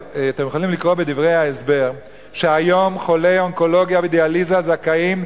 אבל אתם יכולים לקרוא בדברי ההסבר שהיום חולי אונקולוגיה ודיאליזה זכאים